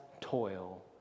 toil